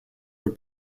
for